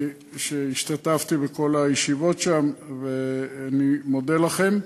השתתפתי בכל הישיבות שם, ואני מודה לכם.